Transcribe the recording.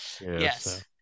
Yes